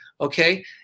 okay